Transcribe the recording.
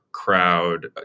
crowd